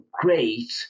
great